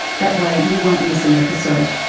that way you won't miss an episode.